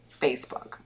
Facebook